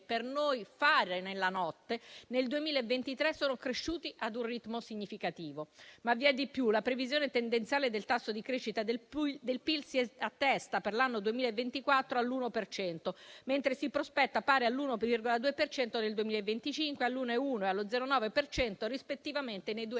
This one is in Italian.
per noi fari nella notte, nel 2023 sono cresciuti ad un ritmo significativo. Ma vi è di più. La previsione tendenziale del tasso di crescita del PIL si attesta, per l'anno 2024, all'uno per cento, mentre si prospetta pari all'1,2 per cento nel 2025, all'1,1 e allo 0,9, rispettivamente, nei due anni